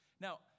Now